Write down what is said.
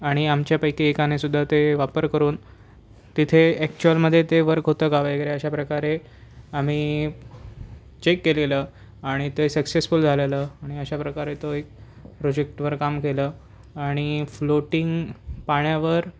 आणि आमच्यापैकी एकाने सुद्धा ते वापर करून तिथे ॲक्चुअलमध्ये ते वर्क होतं का वगैरे अशाप्रकारे आम्ही चेक केलेलं आणि ते सक्सेसफुल झालेलं आणि अशाप्रकारे तो एक प्रोजेक्टवर काम केलं आणि फ्लोटिंग पाण्यावर